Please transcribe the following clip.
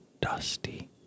dusty